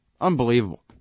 Unbelievable